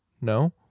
no